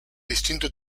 distinto